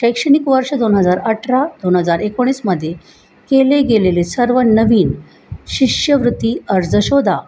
शैक्षणिक वर्ष दोन हजार अठरा दोन हजार एकोणीसमध्ये केले गेलेले सर्व नवीन शिष्यवृत्ती अर्ज शोधा